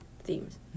Themes